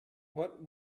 what